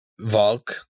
Valk